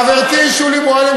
חברתי שולי מועלם,